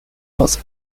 was